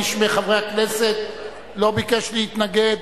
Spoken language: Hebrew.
איש מחברי הכנסת לא ביקש להתנגד,